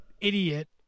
idiot